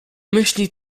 myśli